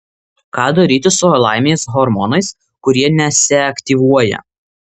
ką daryti su laimės hormonais kurie nesiaktyvuoja